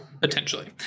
Potentially